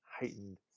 heightened